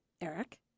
Eric